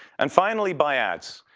and finally, by ads.